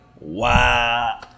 Wow